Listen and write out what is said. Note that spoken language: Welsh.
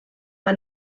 mae